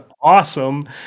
awesome